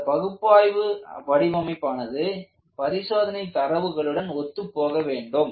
அந்த பகுப்பாய்வு வடிவமைப்பானது பரிசோதனை தரவுகளுடன் ஒத்துப் போகவேண்டும்